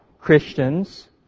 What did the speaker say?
Christians